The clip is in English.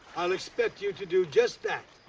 i'll expect you to do just that.